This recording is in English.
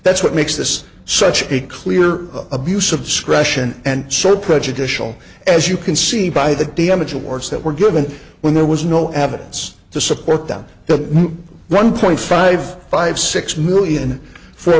that's what makes this such a clear abuse of discretion and so prejudicial as you can see by the damage awards that were given when there was no evidence to support them the one point five five six million for